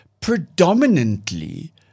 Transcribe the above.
predominantly